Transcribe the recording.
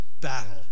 battle